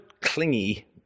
clingy